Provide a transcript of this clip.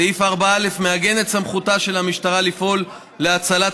סעיף 4א מעגן את סמכותה של המשטרה לפעול להצלת